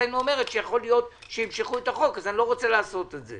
אצלנו אומרת שיכול להיות שימשכו את החוק אז אני לא רוצה לעשות את זה